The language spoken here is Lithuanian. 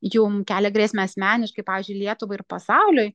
jum kelia grėsmę asmeniškai pavyzdžiui lietuvai ir pasauliui